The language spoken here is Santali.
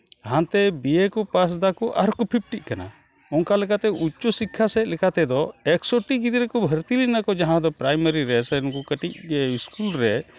ᱦᱟᱱᱛᱮ ᱵᱤᱭᱮ ᱠᱚ ᱯᱟᱥ ᱫᱟᱠᱚ ᱟᱨᱦᱚᱸ ᱠᱚ ᱯᱷᱤᱯᱴᱤᱜ ᱠᱟᱱᱟ ᱚᱝᱠᱟ ᱞᱮᱠᱟᱛᱮ ᱩᱪᱪᱚ ᱥᱤᱠᱠᱷᱟ ᱥᱮᱡ ᱞᱮᱠᱟᱛᱮᱫᱚ ᱮᱠᱥᱚᱴᱤ ᱜᱤᱫᱽᱨᱟᱹ ᱠᱚ ᱵᱷᱩᱨᱛᱤ ᱞᱮᱱᱟ ᱠᱚ ᱡᱟᱦᱟᱸ ᱫᱚ ᱯᱨᱟᱭᱢᱟᱨᱤ ᱨᱮ ᱥᱮ ᱩᱝᱠᱩ ᱠᱟᱹᱴᱤᱡ ᱤᱥᱠᱩᱞ ᱨᱮ